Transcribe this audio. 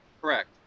Correct